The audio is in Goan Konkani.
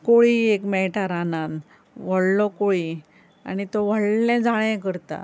कोळी एक मेळटा रानांत व्हडलो कोळी आनी तो व्हडलें जाळें करता